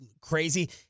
crazy